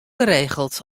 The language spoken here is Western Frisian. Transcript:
geregeld